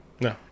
No